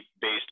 based